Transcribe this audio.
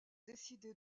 décidé